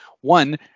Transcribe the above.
one